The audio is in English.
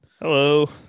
Hello